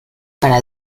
para